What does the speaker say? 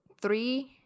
Three